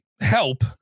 help